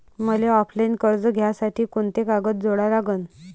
मले ऑफलाईन कर्ज घ्यासाठी कोंते कागद जोडा लागन?